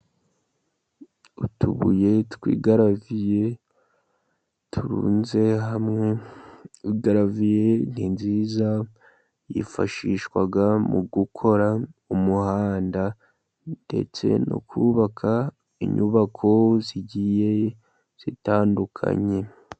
Utubuye tw'igaraviye turunze hamwe. Igaraviye ni nziza yifashishwa mu gukora umuhanda, ndetse no kubaka inyubako zigiye zitandukanye.